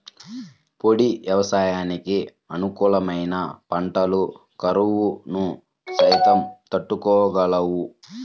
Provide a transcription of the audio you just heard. పొడి వ్యవసాయానికి అనుకూలమైన పంటలు కరువును సైతం తట్టుకోగలవు